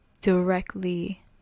directly